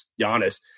Giannis